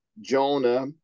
jonah